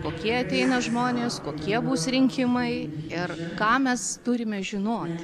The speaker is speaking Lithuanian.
kokie ateina žmonės kokie bus rinkimai ir ką mes turime žinoti